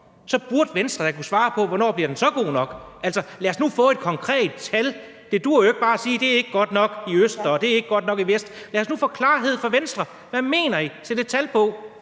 burde Venstre da kunne svare på: Hvornår bliver den så god nok? Altså, lad os nu få et konkret tal. Det duer jo ikke bare at sige: Det er ikke godt nok i øst, og det er ikke godt nok i vest. Lad os nu få klarhed fra Venstre. Hvad mener I? Sæt et tal på.